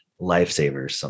lifesavers